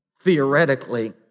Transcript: theoretically